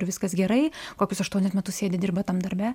ir viskas gerai kokius aštuonis metus sėdi dirba tam darbe